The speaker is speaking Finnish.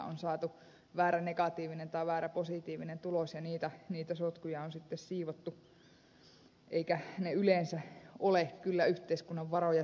on saatu väärä negatiivinen tai väärä positiivinen tulos ja niitä sotkuja on sitten siivottu eivätkä ne yleensä ole kyllä yhteiskunnan varoja säästäneet